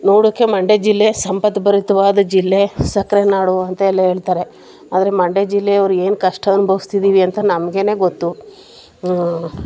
ನೋಡೋಕ್ಕೆ ಮಂಡ್ಯ ಜಿಲ್ಲೆ ಸಂಪದ್ಭರಿತವಾದ ಜಿಲ್ಲೆ ಸಕ್ಕರೆ ನಾಡು ಅಂತೆಲ್ಲ ಹೇಳ್ತಾರೆ ಆದರೆ ಮಂಡ್ಯ ಜಿಲ್ಲೆಯವರು ಏನು ಕಷ್ಟ ಅನುಭವಿಸ್ತಿದ್ದೀವಿ ಅಂತ ನಮಗೇನೆ ಗೊತ್ತು